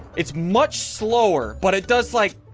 it's much slower, but it does like